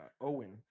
Owen